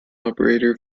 operator